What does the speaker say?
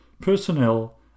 personnel